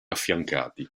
affiancati